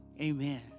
amen